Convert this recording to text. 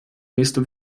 nächste